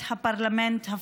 שוב,